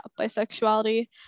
bisexuality